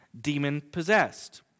demon-possessed